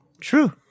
True